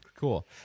Cool